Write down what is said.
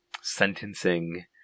sentencing